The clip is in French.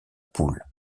poule